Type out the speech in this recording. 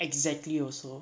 exactly also